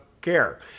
care